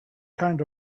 kind